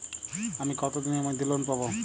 আমি কতদিনের মধ্যে লোন পাব?